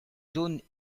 zones